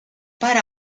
par